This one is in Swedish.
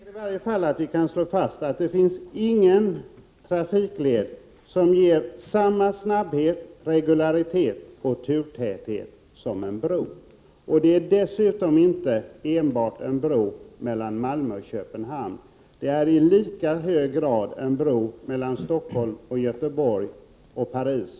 Herr talman! Jag tycker i varje fall att vi kan slå fast att det inte finns någon trafikled som ger samma snabbhet, regularitet och turtäthet som en bro. Det är dessutom inte enbart en bro mellan Malmö och Köpenhamn, utan det är i lika hög grad en bro mellan Stockholm eller Göteborg och Paris.